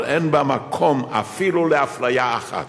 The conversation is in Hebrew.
אבל אין בה מקום אפילו לאפליה אחת,